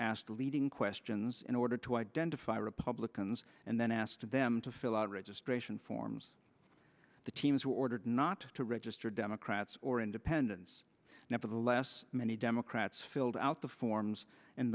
asked leading questions in order to identify republicans and then asked them to fill out registration forms the teams were ordered not to register democrats or independents nevertheless many democrats filled out the forms